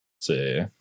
see